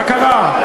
מה קרה?